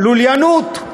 לוליינות,